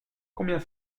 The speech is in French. combien